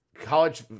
college